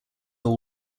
all